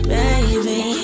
baby